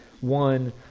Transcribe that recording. one